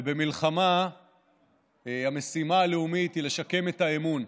ובמלחמה המשימה הלאומית היא לשקם את האמון,